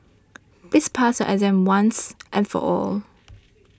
please pass your exam once and for all